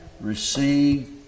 receive